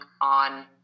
on